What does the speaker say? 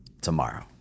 tomorrow